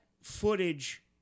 footage